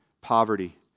poverty